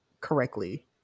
correctly